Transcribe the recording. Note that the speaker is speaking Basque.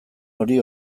hori